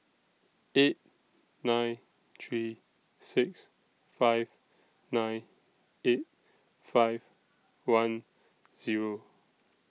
eight nine three six five nine eight five one Zero